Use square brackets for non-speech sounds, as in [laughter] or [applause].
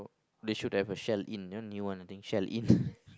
they should have a Shell-In you know new one I think Shell-In [laughs]